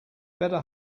better